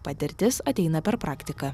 patirtis ateina per praktiką